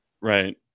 Right